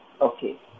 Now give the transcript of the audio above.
Okay